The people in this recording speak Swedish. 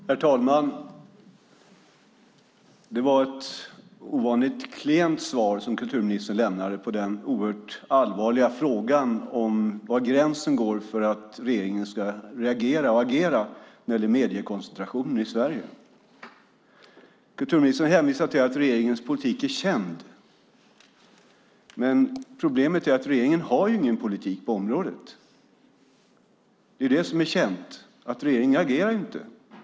Herr talman! Det var ett ovanligt klent svar som kulturministern gav på den oerhört allvarliga frågan om var gränsen går för att regeringen ska reagera och agera när det gäller mediekoncentrationen i Sverige. Kulturministern hänvisar till att regeringens politik är känd, men problemet är att regeringen inte har någon politik på området. Det är det som är känt. Regeringen agerar inte.